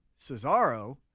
Cesaro